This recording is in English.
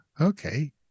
okay